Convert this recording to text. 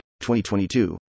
2022